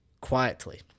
quietly